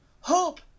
hope